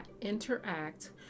interact